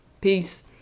Peace